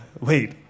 Wait